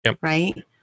right